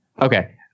okay